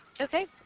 Okay